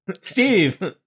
Steve